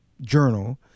journal